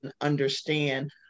understand